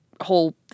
whole